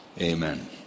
Amen